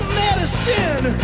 medicine